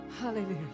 Hallelujah